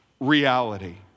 Reality